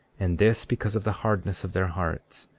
and this because of the hardness of their hearts.